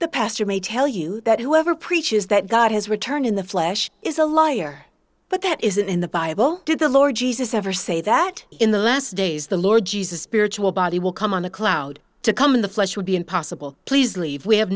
the pastor may tell you that whoever preaches that god has returned in the flesh is a liar but that isn't in the bible did the lord jesus ever say that in the last days the lord jesus spiritual body will come on a cloud to come in the flesh would be impossible please leave we have